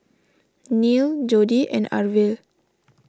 Neil Jodi and Arvil